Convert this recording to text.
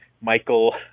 Michael